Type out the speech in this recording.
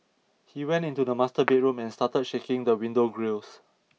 he went to the master bedroom and started shaking the window grilles